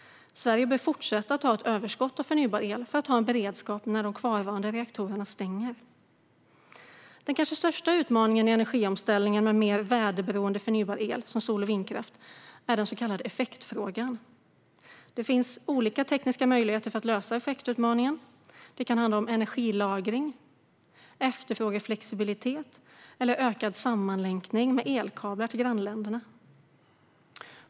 Sverige bör fortsätta att ha ett överskott av förnybar el för att ha en beredskap när de kvarvarande reaktorerna stänger. Den kanske största utmaningen i energiomställningen till mer väderberoende förnybar el som sol och vindkraft är den så kallade effektfrågan. Det finns olika tekniska möjligheter för att lösa effektutmaningen. Det kan handla om energilagring, efterfrågeflexibilitet eller ökad sammanlänkning med elkablar till grannländerna.